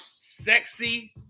Sexy